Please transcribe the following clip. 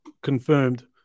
Confirmed